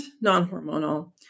non-hormonal